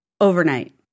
overnight